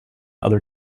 other